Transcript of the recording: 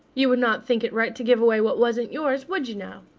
you would not think it right to give away what wasn't yours would you now?